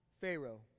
Pharaoh